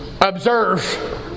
Observe